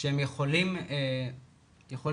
שהם יכולים לגדול,